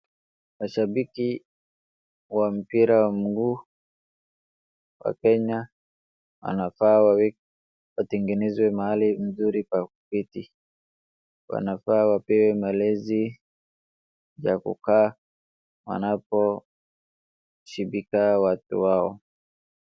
Mashambiki wa mpira wa mguu wa Kenya wanafaa wategenezewe mahali mzuri pa viti. Wanafaa wapewe malezi ya kukaa wanaposhimbika watu wao.